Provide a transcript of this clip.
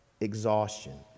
exhaustion